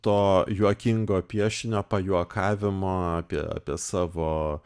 to juokingo piešinio pajuokavimo apie apie savo